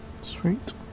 Sweet